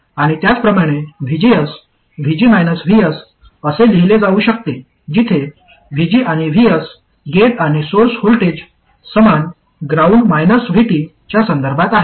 आणि त्याचप्रमाणे VGS VG VS असे लिहिले जाऊ शकते जिथे VG आणि VS गेट आणि सोर्स व्होल्टेज समान ग्राउंड VT च्या संदर्भात आहेत